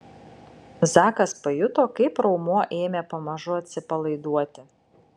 zakas pajuto kaip raumuo ėmė pamažu atsipalaiduoti